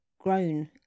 grown